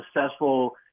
successful